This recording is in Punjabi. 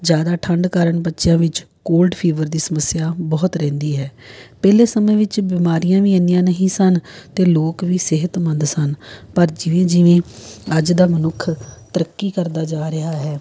ਜ਼ਿਆਦਾ ਠੰਡ ਕਾਰਨ ਬੱਚਿਆਂ ਵਿੱਚ ਕੋਲਡ ਫੀਵਰ ਦੀ ਸਮੱਸਿਆ ਬਹੁਤ ਰਹਿੰਦੀ ਹੈ ਪਹਿਲੇ ਸਮੇਂ ਵਿੱਚ ਬਿਮਾਰੀਆਂ ਵੀ ਐਨੀਆਂ ਨਹੀਂ ਸਨ ਅਤੇ ਲੋਕ ਵੀ ਸਿਹਤਮੰਦ ਸਨ ਪਰ ਜਿਵੇਂ ਜਿਵੇਂ ਅੱਜ ਦਾ ਮਨੁੱਖ ਤਰੱਕੀ ਕਰਦਾ ਜਾ ਰਿਹਾ ਹੈ